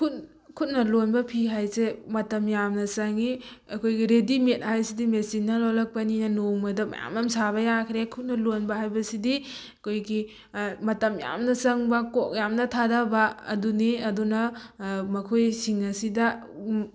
ꯈꯨꯠ ꯈꯨꯠꯅ ꯂꯣꯟꯕ ꯐꯤ ꯍꯥꯏꯁꯦ ꯃꯇꯝ ꯌꯥꯝꯅ ꯆꯪꯉꯤ ꯑꯩꯈꯣꯏꯒꯤ ꯔꯦꯗꯤꯃꯦꯠ ꯍꯥꯏꯁꯤꯗꯤ ꯃꯦꯆꯤꯟꯅ ꯂꯣꯜꯂꯛꯄꯅꯤꯅ ꯅꯣꯡꯃꯗ ꯃꯌꯥꯝ ꯑꯃ ꯁꯥꯕ ꯌꯥꯈ꯭ꯔꯦ ꯈꯨꯠꯅ ꯂꯣꯟꯕ ꯍꯥꯏꯕꯁꯤꯗꯤ ꯑꯩꯈꯣꯏꯒꯤ ꯃꯇꯝ ꯌꯥꯝꯅ ꯆꯪꯕ ꯀꯣꯛ ꯌꯥꯝꯅ ꯊꯥꯗꯕ ꯑꯗꯨꯅꯤ ꯑꯗꯨꯅ ꯃꯈꯣꯏꯁꯤꯡ ꯑꯁꯤꯗ